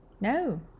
No